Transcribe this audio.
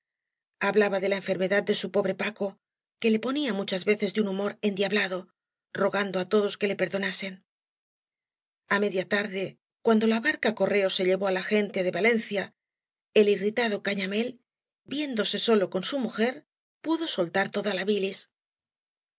hablaba de la erfermedad de bu pobre paco que le ponía muciib veceb de un humor endiablado rogando á tcdob que le perdonasen a media tarde cuando la barea correo ee llevó á la gente de va ercia el irritado cañamély viéndose solo con eu mujer pudo boltar toda la bilis